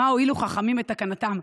מה הועילו חכמים בתקנתם?